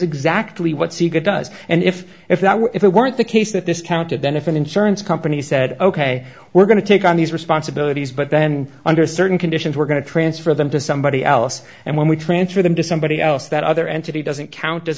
exactly what secret does and if if that were if it weren't the case that this counted then if an insurance company said ok we're going to take on these responsibilities but then under certain conditions we're going to transfer them to somebody else and when we transfer them to somebody else that other entity doesn't count as